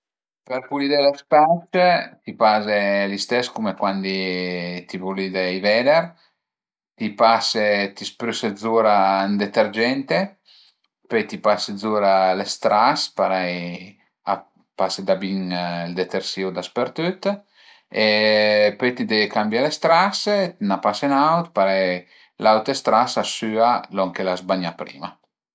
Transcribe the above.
Për pulidé le spec ti faze li stes cume cuandi ti pulide i veder, ti pase, ti sprüse zura ün detergente, pöi ti pase zura lë stras, parei a pas da bin ël detersìu dapertüt e pöi ti deve cambié lë stras, 'na pase ün aut parei l'aute stras a süa lon che l'as bagnà prima